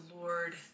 Lord